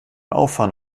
auffahren